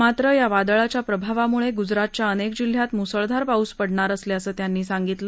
मात्र या वादळाच्या प्रभावामुळे गुजरातच्या अनेक जिल्ह्यात मुसळधार पाऊस पडणार असल्याचं त्यांनी सांगितलं